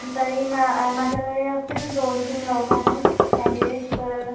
तरी म माझ्याकडे असतील दोन तीन लोकं आहेत कँडिडेट तर